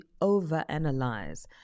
overanalyze